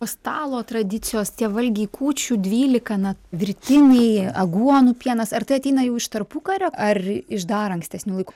o stalo tradicijos tie valgiai kūčių dvylika na virtiniai aguonų pienas ar tai ateina jau iš tarpukario ar iš dar ankstesnių laikų